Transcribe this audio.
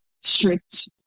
strict